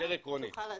תוכל להעסיק,